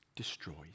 destroys